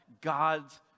God's